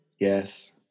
Yes